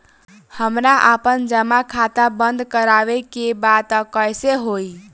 हमरा आपन जमा खाता बंद करवावे के बा त कैसे होई?